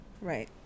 Right